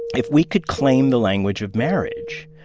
if we could claim the language of marriage,